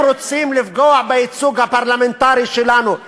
אם רוצים לפגוע בייצוג הפרלמנטרי שלנו,